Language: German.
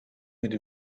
mit